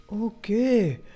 Okay